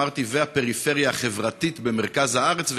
אמרתי: "והפריפריה החברתית במרכז הארץ".